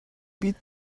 beat